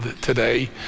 today